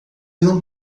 não